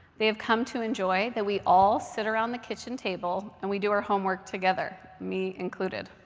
they have come to enjoy that we all sit around the kitchen table and we do our homework together, me included.